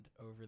over